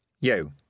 You